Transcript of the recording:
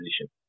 position